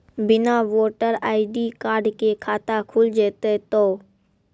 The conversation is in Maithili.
बिना वोटर आई.डी कार्ड के खाता खुल जैते तो?